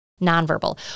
nonverbal